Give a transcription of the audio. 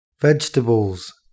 Vegetables